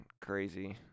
crazy